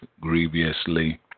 grievously